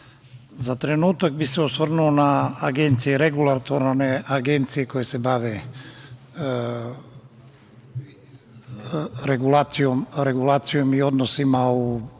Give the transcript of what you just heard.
za trenutak bi se osvrnuo na regulatorne agencije koje se bave regulacijom i odnosima u oblasti